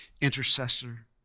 intercessor